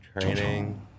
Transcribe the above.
training